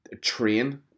train